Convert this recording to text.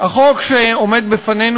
החוק שעומד בפנינו,